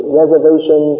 reservation